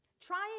trying